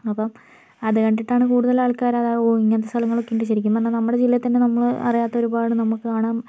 അപ്പം അത് കണ്ടിട്ടാണ് കൂടുതൽ ആൾക്കാർ ഓ ഇങ്ങനത്തെ സ്ഥലങ്ങളൊക്കെ ഉണ്ട് ശരിക്കും പറഞ്ഞാൽ നമ്മുടെ ജില്ലയിൽതന്നെ നമ്മൾ അറിയാത്ത ഒരുപാട് നമുക്ക് കാണാം